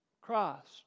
Christ